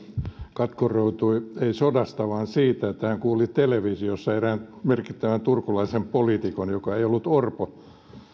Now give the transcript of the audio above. katkeroitui ei sodasta vaan siitä että hän kuuli televisiossa erään merkittävän turkulaisen poliitikon joka ei ollut orpo